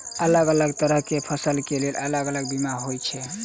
अलग अलग तरह केँ फसल केँ लेल अलग अलग बीमा होइ छै?